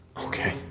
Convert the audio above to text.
Okay